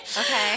Okay